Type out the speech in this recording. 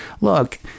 look